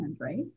right